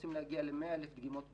רוצים להגיע ל-100,000 דגימות ביום.